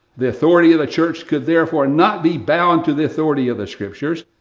the authority of the church could therefore not be bound to the authority of the scriptures,